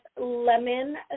lemon